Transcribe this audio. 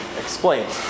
explains